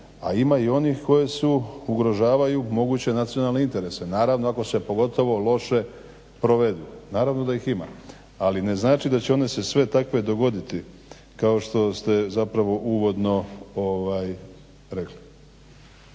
a ima i onih koji su ugrožavaju moguće nacionalne interese, naravno ako se pogotovo loše provedu, naravno da ih ima. Ali ne znači da će one se sve takve dogoditi, kao što ste zapravo uvodno rekli.